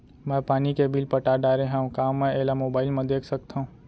मैं पानी के बिल पटा डारे हव का मैं एला मोबाइल म देख सकथव?